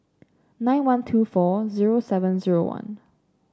nine one two four zero seven zero one